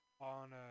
on